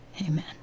Amen